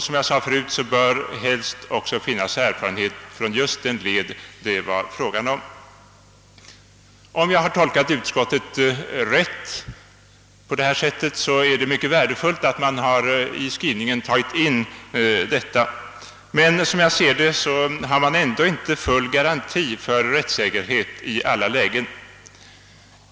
Som jag sade förut bör personalen helst ha erfarenhet från just den led som det är fråga om. Om jag nu har tolkat utskottet rätt, är det mycket värdefullt att den av mig citerade meningen har tagits in i utskottets skrivning. Man har emellertid ändå inte, som jag ser det, full garanti för rättssäkerhet i alla lägen.